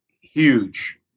huge